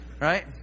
Right